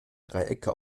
dreiecke